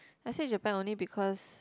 I say Japan only because